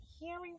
hearing